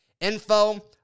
info